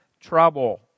trouble